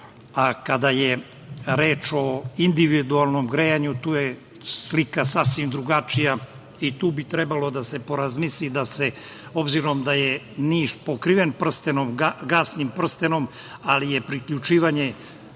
Kada je reč o individualnom grejanju, tu je slika sasvim drugačija. I tu bi trebalo da se porazmisli, obzirom da je Niš pokriven gasnim prstenom, ali je priključivanje